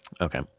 Okay